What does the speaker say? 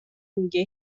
میگه